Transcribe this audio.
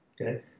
Okay